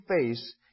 face